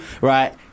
right